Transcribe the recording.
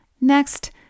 Next